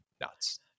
nuts